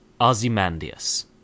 Ozymandias